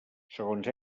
segons